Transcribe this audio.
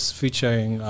featuring